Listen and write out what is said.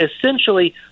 Essentially